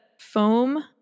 foam